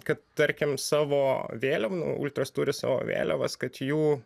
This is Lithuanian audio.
kad tarkim savo vėliav nu ultras turi savo vėliavas kad jų